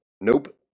Nope